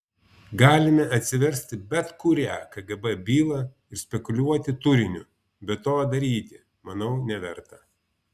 galime atsiversti bet kurią kgb bylą ir spekuliuoti turiniu bet to daryti manau neverta